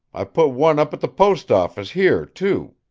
i put one up at the post-office here, too.